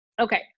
okay